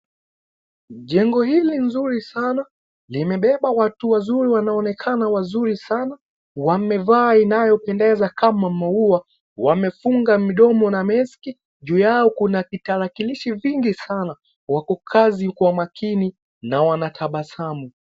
Jengo hili nzuri sana, limebeba watu wazuri wanaonekana wazuri sana, wamevaa inayopendeza kama maua. Wamefunga midomo na meski. Juu yao kuna vitalakilishi vingi sana, wako kazi kwa makini na wanatabasamu.